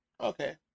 Okay